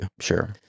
Sure